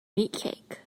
meatcake